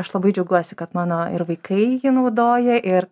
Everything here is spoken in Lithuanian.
aš labai džiaugiuosi kad mano ir vaikai jį naudoja ir